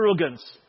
arrogance